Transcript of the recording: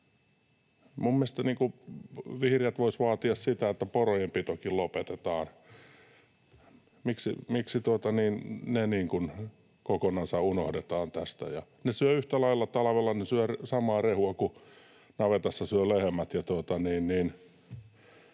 Minun mielestä vihreät voisi vaatia sitä, että porojen pitokin lopetetaan. Miksi ne kokonansa unohdetaan tästä? Ne syövät yhtä lailla, talvella ne syövät samaa rehua kuin navetassa syövät lehmät